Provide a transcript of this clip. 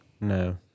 No